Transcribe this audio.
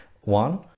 one